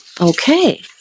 Okay